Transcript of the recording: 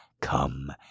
come